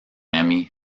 emmy